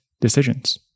decisions